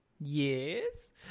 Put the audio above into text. Yes